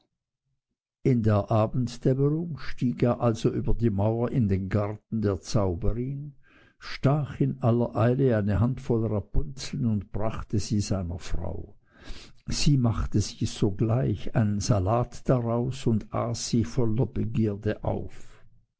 in der abenddämmerung stieg er also über die mauer in den garten der zauberin stach in aller eile eine handvoll rapunzeln und brachte sie seiner frau sie machte sich sogleich salat daraus und aß sie in voller begierde auf